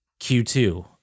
Q2